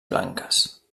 blanques